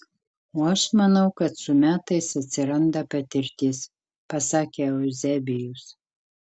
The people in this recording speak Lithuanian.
o aš manau kad su metais atsiranda patirtis pasakė euzebijus